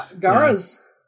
Gara's